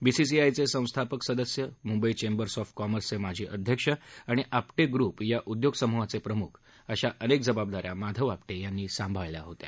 बीसीसीआयचे संस्थापक सदस्य Mumbai chambers of कॉमर्सचे माजी अध्यक्ष आणि आपटे ग्रुप या उद्योगसमूहाचे प्रमुख अशा अनेक जबाबदाऱ्या माधव आपटे यांनी सांभाळल्या होत्या